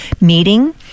meeting